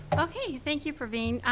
okay, thank you praveen.